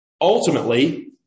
ultimately